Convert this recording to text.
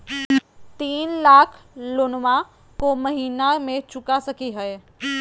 तीन लाख लोनमा को महीना मे चुका सकी हय?